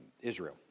Israel